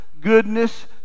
goodness